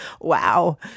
Wow